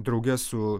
drauge su